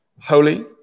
holy